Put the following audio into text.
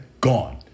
Gone